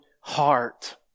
heart